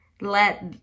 let